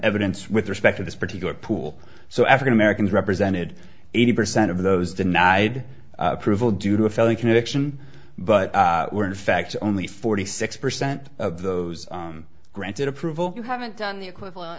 evidence with respect to this particular pool so african americans represented eighty percent of those denied approval due to a felony conviction but were in fact only forty six percent of those granted approval you haven't done the equivalent